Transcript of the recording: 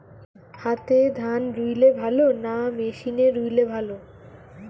হাতে ধান রুইলে ভালো না মেশিনে রুইলে ভালো?